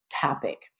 topic